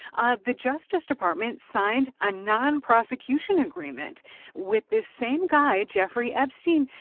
ah the justice department signed a non-prosecution agreement with this same guy, jeffrey epstein,